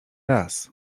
raz